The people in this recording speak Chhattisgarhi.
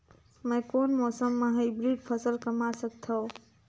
मै कोन मौसम म हाईब्रिड फसल कमा सकथव?